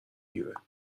گیره